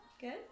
good